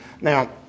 Now